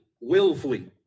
willfully